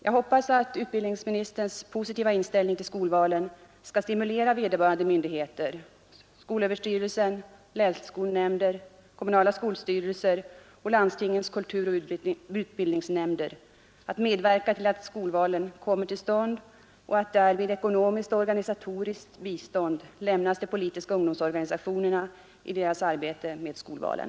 Jag hoppas att utbildningsministerns positiva inställning till skolvalen skall stimulera vederbörande myndigheter skolöverstyrelse, länsskolnämnder, kommunala skolstyrelser och landstingets kulturoch utbildningsnämnder — att medverka till att skolvalen kommer till stånd och att därvid ekonomiskt och organisatoriskt bistånd ges till de politiska ungdomsorganisationerna i deras arbete med skolvalen